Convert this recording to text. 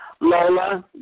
Lola